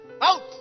Out